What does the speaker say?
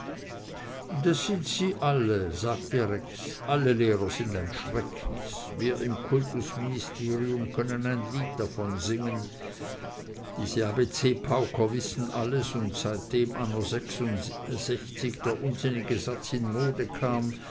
das sind alle sagte rex alle lehrer sind ein schrecknis wir im kultusministerium können ein lied davon singen diese abc pauker wissen alles und seitdem anno sechsundsechzig der unsinnige satz in die mode kam